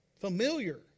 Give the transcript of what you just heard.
familiar